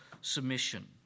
submission